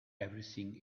everything